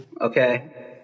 Okay